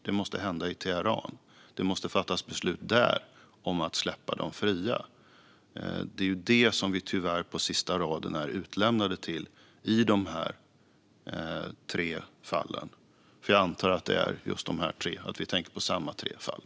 Det måste hända i Teheran. Det måste fattas beslut där om att släppa dem fria. Det är det som vi tyvärr på sista raden är utlämnade till i dessa tre fall - jag antar att vi nu tänker på samma tre fall.